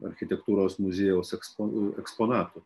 architektūros muziejaus ekspon eksponatų